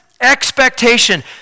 expectation